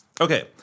Okay